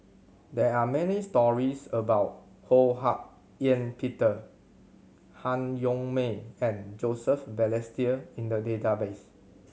there are many stories about Ho Hak Ean Peter Han Yong May and Joseph Balestier in the database